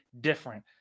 different